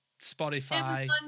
Spotify